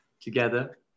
together